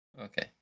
Okay